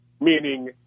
Meaning